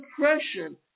Depression